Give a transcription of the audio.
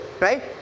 right